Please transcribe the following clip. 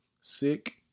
sick